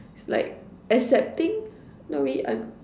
it's like accepting not really un~